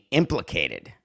implicated